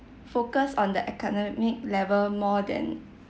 focus on the academic level more than